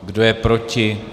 Kdo je proti?